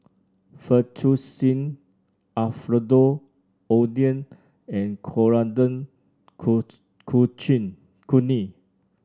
Fettuccine Alfredo Oden and Coriander Chutney